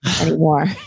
anymore